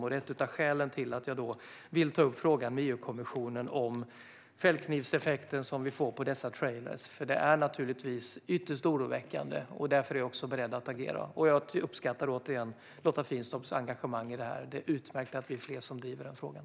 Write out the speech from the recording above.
Det är ett av skälen till att jag vill ta upp frågan med EU-kommissionen om fällknivseffekten på dessa trailrar. Det är naturligtvis ytterst oroväckande, och därför är jag också beredd att agera. Jag uppskattar, återigen, Lotta Finstorps engagemang i frågan. Det är utmärkt att fler driver frågan.